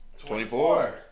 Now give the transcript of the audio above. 24